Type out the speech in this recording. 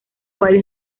varios